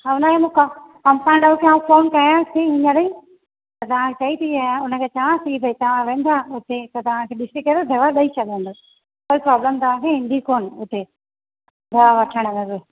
हा हुनजे मूं का कंपाउंडर खे आऊं फ़ोन कयांव ति हीअंर ई त तहां चई थी आयां हुनखे चवांसि ति भई तहां वेंदा हुते त तहांखे ॾिसी करे दवा ॾेई छॾंदसि पर प्रॉब्लम तहांखे ईंदी कोनि हुते दवा वठणु मल